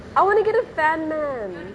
I want to get a fan man